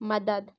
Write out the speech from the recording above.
مدد